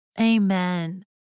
Amen